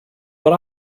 but